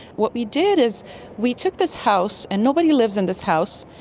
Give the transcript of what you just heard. what we did is we took this house, and nobody lives in this house,